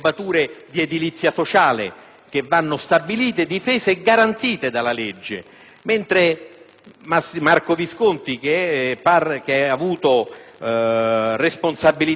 che vanno stabilite, difese e garantite dalla legge;